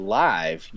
live